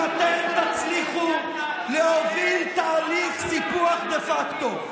אתם תצליחו להוביל תהליך סיפוח דה פקטו.